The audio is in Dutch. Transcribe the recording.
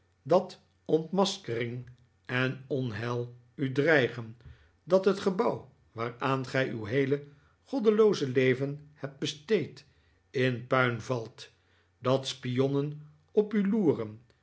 dat ontmaskering en onheil u dreigen dat het gebouw waaraan gij uw heele goddelooze leven hebt besteed in puin valt dat spionnen op u loeren